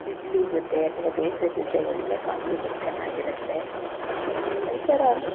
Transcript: ಇಡ್ಲಿ ಜೊತೆ ಅಥವಾ ದೋಸೆ ಜೊತೆ ಒಳ್ಳೆ ಕಾಂಬಿನೇಷನಾಗಿರತ್ತೆ ಈ ಥರ